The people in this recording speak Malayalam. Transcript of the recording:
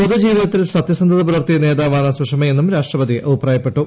പൊതു ജീവിതത്തിൽ സത്യസന്ധത പുലർത്തിയ നേതാവ് സുഷമയെന്നും രാഷ്ട്രപതി അഭിപ്രായപ്പെട്ടു